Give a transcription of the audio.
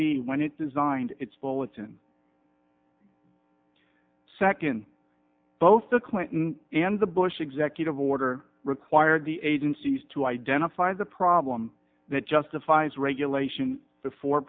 b when it designed its bulletin second both the clinton and the bush executive order required the agencies to identify the problem that justifies regulation before